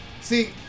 See